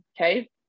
Okay